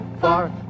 far